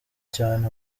cyane